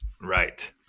Right